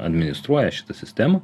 administruoja šitą sistemą